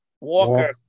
Walker